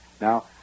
Now